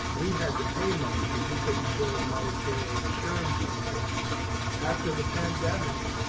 we had to pay money cause you couldn't bill medicare or insurances for it after the pandemic.